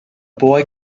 boy